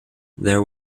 there